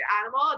animal